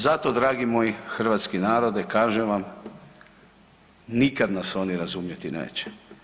Zato dragi moj hrvatski narode kažem vam, nikad nas oni razumjeti neće.